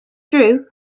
through